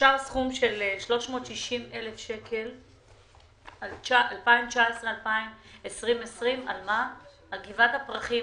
סכום של 360,000 שקל ל-2019-2020 בכל מה שקשור לגבעת הפרחים.